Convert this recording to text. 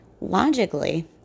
Logically